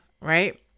right